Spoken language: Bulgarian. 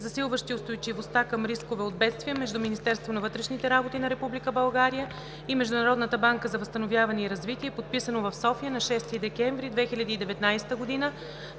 засилващи устойчивостта към рискове от бедствия, между Министерството на вътрешните работи на Република България и Международната банка за възстановяване и развитие, подписано в София на 6 декември 2019 г.,